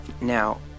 now